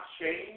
change